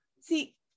See